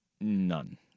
none